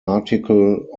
article